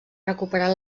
recuperar